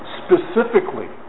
specifically